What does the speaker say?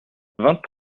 vingt